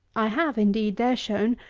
i have, indeed, there shown,